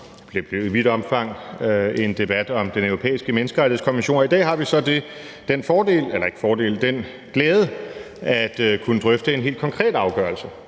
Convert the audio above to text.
Det blev i vidt omfang en debat om Den Europæiske Menneskerettighedskonvention, og i dag har vi så den glæde at kunne drøfte en helt konkret afgørelse